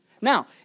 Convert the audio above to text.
Now